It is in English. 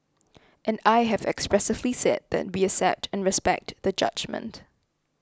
and I have expressively said that we accept and respect the judgement